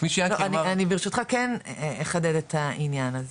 כפי שיענקי אמר --- אני ברשותך כן אחדד את העניין הזה.